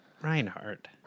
Reinhardt